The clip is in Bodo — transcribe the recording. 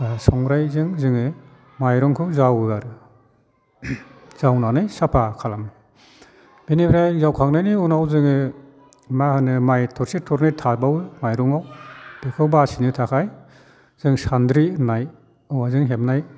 दा संग्रायजों जोङो माइरंखौ जावो आरो जावनानै साफा खालामो बेनिफ्राय जावखांनायनि उनाव जोङो मा होनो माइ थरसे थरनै थाबावो माइरंआव बेखाै बासिनो थाखाय जों सान्द्रि होननाय औवाजों हेबनाय